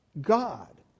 God